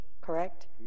correct